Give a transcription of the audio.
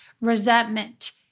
resentment